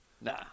Nah